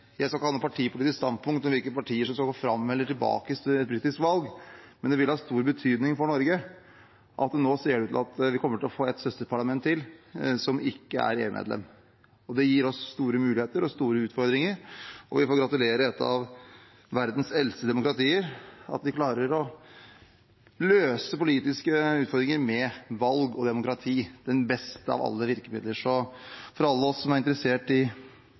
Jeg skal ikke ha noe partipolitisk standpunkt om hvilke partier som skal gå fram eller tilbake i et britisk valg, men det vil ha stor betydning for Norge at det nå ser ut til at vi får et søsterparlament til som ikke er EU-medlem. Det gir oss store muligheter og store utfordringer, og vi får gratulere et av verdens eldste demokratier med at de klarer å løse politiske utfordringer med valg og demokrati – det beste av alle virkemidler. Så for alle oss som er interessert i